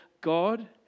God